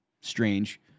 Strange